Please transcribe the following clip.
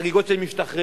את החגיגות שהם משתחררים.